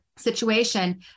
situation